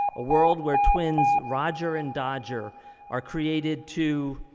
a world where twins roger and dodger are created to,